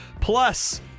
plus